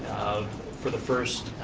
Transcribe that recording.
for the first